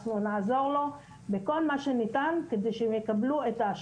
נעזור לו בכל מה שניתן כדי שהם יקבלו את האשרות.